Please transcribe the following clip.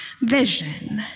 vision